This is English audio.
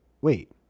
Wait